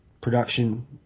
production